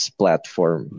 platform